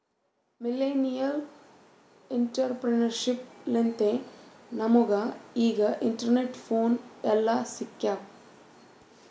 millennial entrepreneurship ಲಿಂತೆ ನಮುಗ ಈಗ ಇಂಟರ್ನೆಟ್, ಫೋನ್ ಎಲ್ಲಾ ಸಿಕ್ಯಾವ್